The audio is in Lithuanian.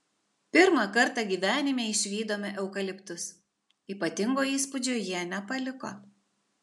pirmą kartą gyvenime išvydome eukaliptus ypatingo įspūdžio jie nepaliko